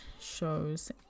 shows